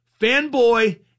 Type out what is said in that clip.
fanboy